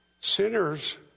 Sinners